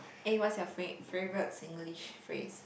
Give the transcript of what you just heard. eh what's your fa~ favourite Singlish phrase